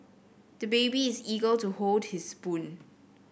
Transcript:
the baby is eager to hold his spoon